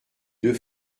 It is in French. deux